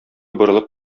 борылып